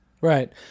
Right